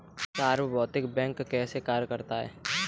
सार्वभौमिक बैंक कैसे कार्य करता है?